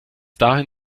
dahin